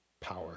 power